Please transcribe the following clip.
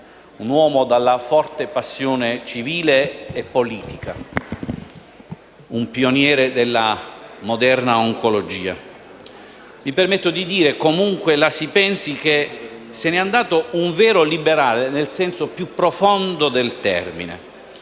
un uomo dalla forte passione civile e politica, un pioniere della moderna oncologia. Mi permetto di dire, comunque la si pensi, che se ne è andato un vero liberale, nel senso più profondo del termine.